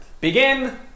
Begin